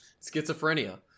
schizophrenia